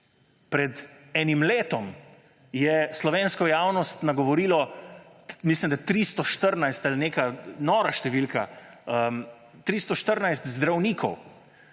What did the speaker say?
Pred enim letom je slovensko javnost nagovorilo, mislim da, 314 – ali neka nora številka – zdravnikov,